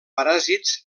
paràsits